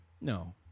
No